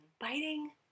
Biting